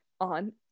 on